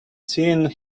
seen